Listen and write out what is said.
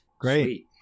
Great